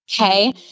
okay